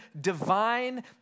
divine